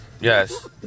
Yes